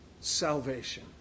salvation